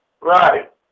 Right